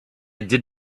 did